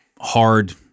hard